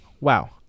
Wow